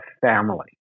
family